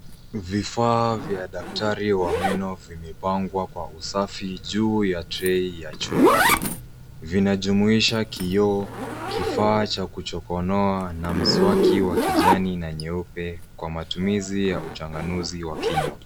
Vifaa vya daktari wa meno vimepangwa kwa usafi juu ya trei ya chuma. Vinajumuisha kioo, kifaa cha kuchokonoa na mswaki wa kijani na nyeupe kwa matumizi ya uchanganuzi wa kinywa.